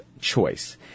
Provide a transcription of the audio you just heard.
choice